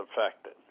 affected